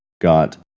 got